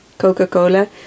coca-cola